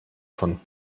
von